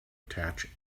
attach